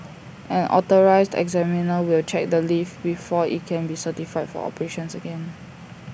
an authorised examiner will check the lift before IT can be certified for operations again